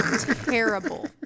Terrible